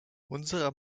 unserer